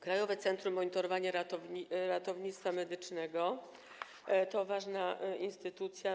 Krajowe Centrum Monitorowania Ratownictwa Medycznego to ważna instytucja.